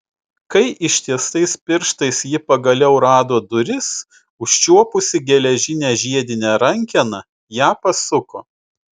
kai ištiestais pirštais ji pagaliau rado duris užčiuopusi geležinę žiedinę rankeną ją pasuko